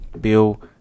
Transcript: bill